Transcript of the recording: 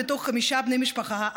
מתוך חמישה בני משפחה,